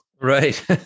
right